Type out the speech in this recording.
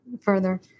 further